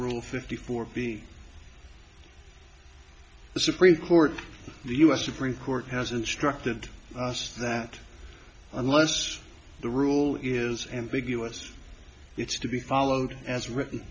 rule fifty four being the supreme court the u s supreme court has instructed us that unless the rule is ambiguous it's to be followed as written